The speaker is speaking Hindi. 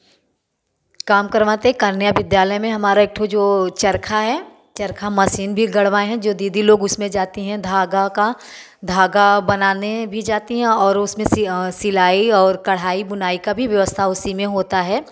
काम करवाते कन्या विध्यालय में हमारा एक ठो जो चरखा है चरखा मसीन भी गड़वाए हैं जो दीदी लोग उसमें जाती हैं धागा का धागा बनाने भी जाती हैं और उसमें सिआ सिलाई और कढ़ाही बुनाई का भी व्यवस्था उसी में होता है